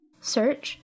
search